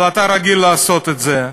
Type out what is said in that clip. אבל אתה רגיל לעשות את זה.